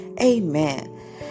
Amen